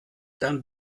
dann